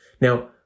Now